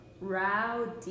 Rowdy